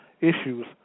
issues